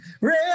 red